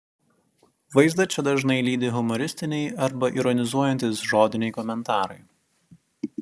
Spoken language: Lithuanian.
vaizdą čia dažnai lydi humoristiniai arba ironizuojantys žodiniai komentarai